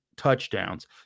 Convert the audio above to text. touchdowns